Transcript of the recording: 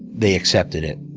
they accepted it,